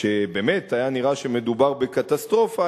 כשבאמת היה נראה שמדובר בקטסטרופה,